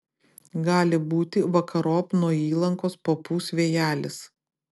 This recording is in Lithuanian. gali būti vakarop nuo įlankos papūs vėjelis